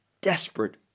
desperate